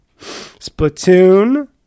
Splatoon